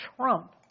trump